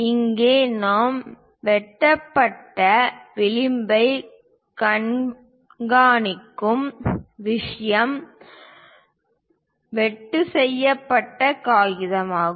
இங்கே நாம் வெட்டப்பட்ட விளிம்பைக் காண்பிக்கும் விஷயம் வெட்டு செய்யப்பட்ட காகிதமாகும்